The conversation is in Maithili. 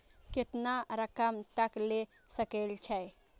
केतना रकम तक ले सके छै?